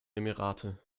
emirate